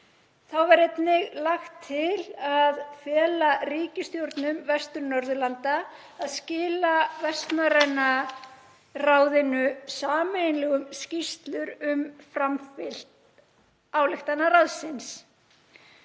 Þá var einnig lagt til að fela ríkisstjórnum Vestur-Norðurlanda að skila Vestnorræna ráðinu sameiginlegum skýrslum um framfylgt ályktana ráðsins.